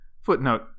Footnote